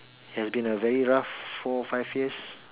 has been a very rough four five years